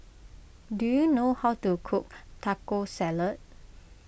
do you know how to cook Taco Salad